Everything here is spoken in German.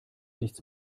nichts